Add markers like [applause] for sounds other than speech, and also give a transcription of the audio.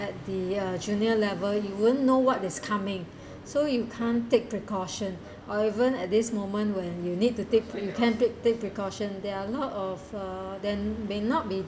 at the uh junior level you won't know what is coming [breath] so you can take precaution or even at this moment when you need to take pre~ you can take take precaution there are a lot of uh then may not be